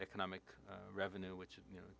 economic revenue which you know